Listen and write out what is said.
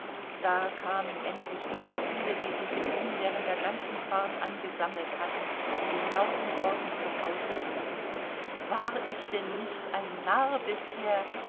da kamen endlich die gefühle die sich in ihm während der ganzen fahrt angesammelt hatten in den lauten worten zum ausdruck war ich denn nicht ein narr bisher